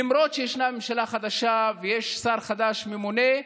למרות שישנה ממשלה חדשה ויש שר חדש ממונה,